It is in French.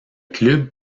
club